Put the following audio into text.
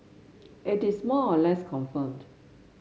it is more or less confirmed